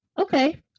okay